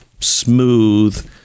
smooth